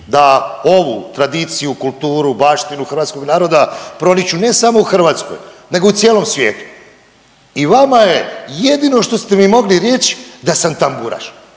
da ovu tradiciju, kulturu, baštinu hrvatskog naroda promiču ne samo u Hrvatskoj nego u cijelom svijetu. I vama je jedino što ste mi mogli reći da sam tamburaš.